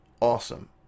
awesome